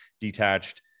detached